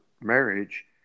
marriage